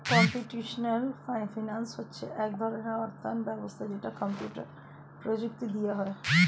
computational finance হচ্ছে এক ধরণের অর্থায়ন ব্যবস্থা যেটা কম্পিউটার প্রযুক্তি দিয়ে হয়